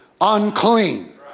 unclean